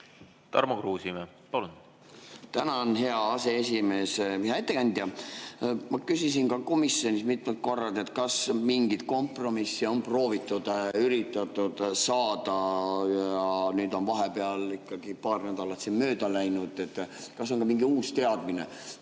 Tarmo Kruusimäe, palun! Tänan, hea aseesimees! Hea ettekandja! Ma küsisin ka komisjonis mitmel korral, kas mingit kompromissi on proovitud, üritatud saavutada. Nüüd on vahepeal ikkagi paar nädalat mööda läinud. Kas on mingi uus teadmine